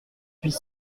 puis